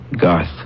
Garth